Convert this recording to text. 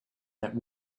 that